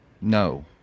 No